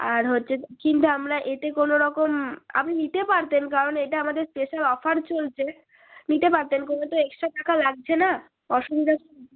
আর হচ্চে কিন্তু আমরা এতে কোনো রকম আপনি নিতে পারতেন কারণ এটা আমাদের স্পেশাল অফার চলছে নিতে পারতেন কোনো তো এক্সট্রা টাকা লাগছে না অসুবিধা কিছু নেই